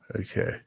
okay